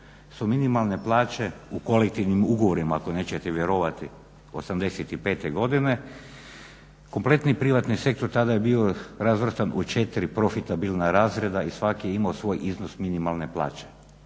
su minimalne plaće u kolektivnim ugovorima ako nećete vjerovati '85.godine kompletni privatni sektor tada je bio razvrstan u 4 profitabilna razreda i svaki je imao svoj iznos minimalne plaće